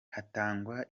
hatangwa